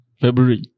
February